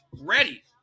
ready